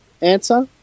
answer